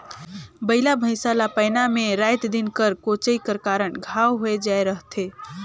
बइला भइसा ला पैना मे राएत दिन कर कोचई कर कारन घांव होए जाए रहथे